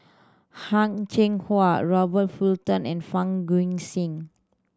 Heng Cheng Hwa Robert Fullerton and Fang Guixiang